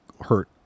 hurt